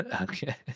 Okay